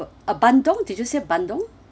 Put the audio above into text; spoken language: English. uh bandung did you say bandung